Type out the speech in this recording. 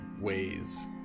ways